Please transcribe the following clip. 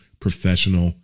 professional